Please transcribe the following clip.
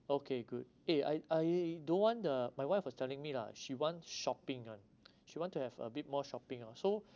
okay good eh I I don't want the my wife was telling me lah she want shopping ah she want to have a bit more shopping orh so